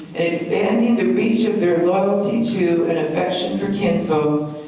expanding the reach of their loyalty too and affection for kinfolk,